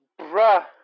bruh